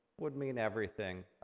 would mean everything.